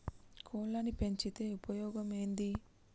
కోళ్లని పెంచితే ఉపయోగం ఏంది?